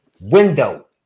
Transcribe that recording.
Window